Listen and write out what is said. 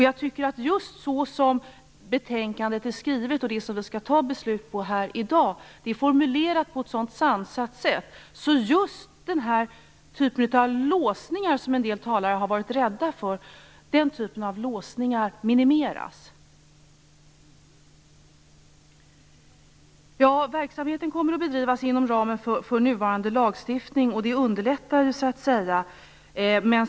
Jag tycker att betänkandet - det som vi skall fatta beslut om här i dag - är formulerat på ett sådant sansat sätt att just den typen av låsningar som en del talare har varit rädda för minimeras. Verksamheten kommer att bedrivas inom ramen för nuvarande lagstiftning, och det underlättar ju.